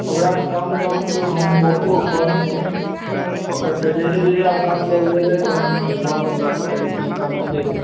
ओकरा से कम दामके फोन हम ओप्पोके फोन ओकर जे